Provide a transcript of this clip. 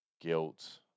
guilt